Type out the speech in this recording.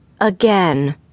Again